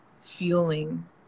fueling